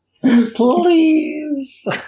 Please